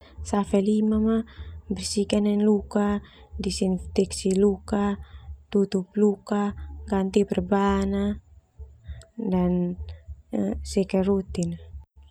Safe limam ah, bersihkan hene luka, disenteksi luka, tutup luka, ganti perban ah dan seka rutin ah.